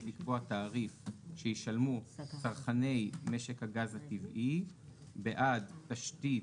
לקבוע תעריף שישלמו צרכני משק הגז הטבעי בעד תשתית,